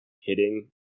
hitting